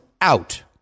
out